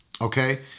Okay